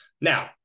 Now